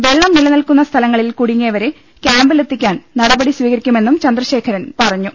വെള്ളം നിലനിൽക്കുന്ന സ്ഥലങ്ങളിൽ കുടുങ്ങിയവരെ ക്യാമ്പി ലെത്തിക്കാൻ നടപടി സ്വീകരിക്കുമെന്നും ചന്ദ്രശേഖരൻ പറഞ്ഞു